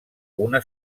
una